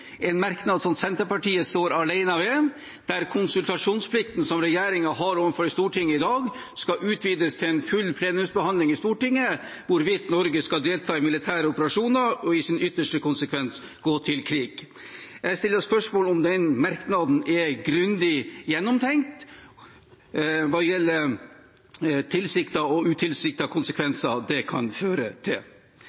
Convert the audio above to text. en merknad Senterpartiet står alene ved, der konsultasjonsplikten som regjeringen har overfor Stortinget i dag, skal utvides til en full plenumsbehandling i Stortinget, om hvorvidt Norge skal delta i militære operasjoner, og i sin ytterste konsekvens, gå til krig. Jeg stiller spørsmål om den merknaden er grundig gjennomtenkt hva gjelder tilsiktede og